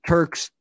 Turks